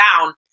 down